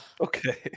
Okay